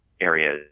areas